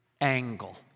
angle